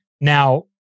Now